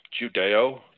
judeo